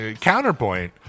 counterpoint